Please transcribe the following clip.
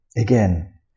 Again